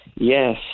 Yes